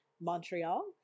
Montreal